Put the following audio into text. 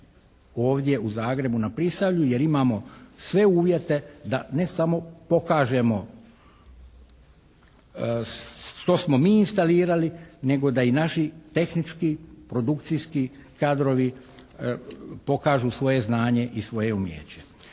ovdje u Zagrebu na Prisavlju. Jer imamo sve uvjete da ne samo pokažemo što smo mi instalirali nego da i naši tehnički, produkcijski kadrovi pokažu svoje znanje i svoje umijeće.